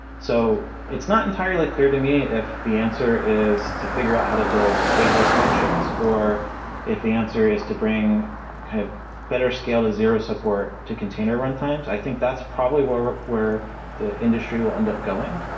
so it's not entirely clear to me if the answer is to figure out how to build stateless functions or if the answer is to bring kind of better scale to zero support to container runtimes. i think that's probably where where the industry will end up going,